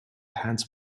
pants